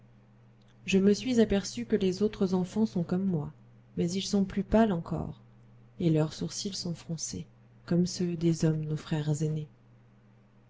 je me suis aperçu que les autres enfants sont comme moi mais ils sont plus pâles encores et leurs sourcils sont froncés comme ceux des hommes nos frères aînés